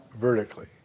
vertically